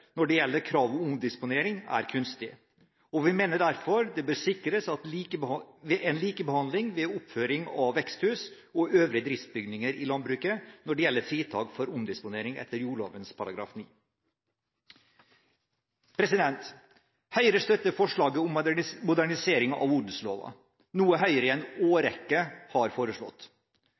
når det gjelder krav til omdisponering, er kunstig, og vi mener derfor det bør sikres en likebehandling ved oppføring av veksthus og øvrige driftsbygninger i landbruket når det gjelder fritak for omdisponering etter jordloven § 9. Høyre støtter forslaget om modernisering av odelsloven, noe Høyre i en årrekke har foreslått.